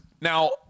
Now